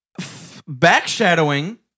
backshadowing